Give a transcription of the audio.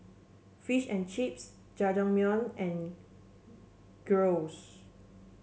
Fish and Chips Jajangmyeon and Gyros